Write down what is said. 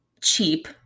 cheap